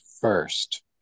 first